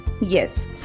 Yes